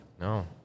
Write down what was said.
No